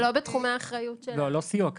לא מדובר פה על סיוע כספי.